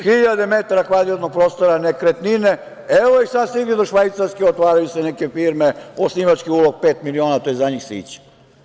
Hiljade metara kvadratnog prostora nekretnine, evo ih sad stigli do Švajcarske, otvaraju se neke firme, osnivački ulog pet miliona, to je za njih sića.